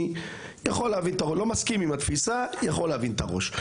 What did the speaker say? אני לא מסכים עם התפיסה, אבל יכול להבין את הראש.